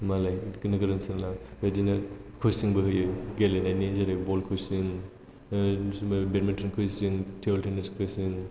मालाय नोगोर ओनसोलना बेबायदिनो कचिं बो होयो गेलेनायनि जेरै बल कचिं बेडमिन्टन कचिं टेबोल टेनिस कचिं